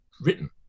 written